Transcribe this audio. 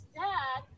dad